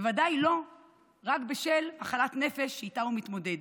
ובוודאי לא רק בשל מחלת נפש שאיתה הוא מתמודד.